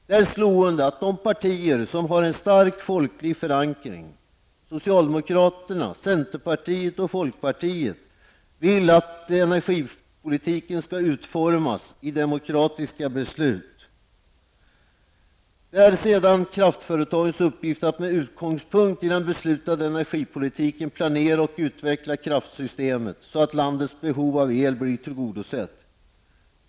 Det är slående att de partier som har en stark folklig förankring, socialdemokraterna centerpartiet och folkpartiet vill att energipolitiken skall utformas i demokratiska beslut. Det är sedan kraftföretagens uppgift att med utgångspunkt i den beslutade energipolitiken planera och utveckla kraftsystemet så att landets behov av el blir tillgodosett.